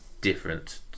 different